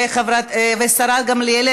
והשרה גמליאל,